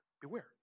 Beware